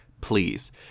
please